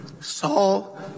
Saul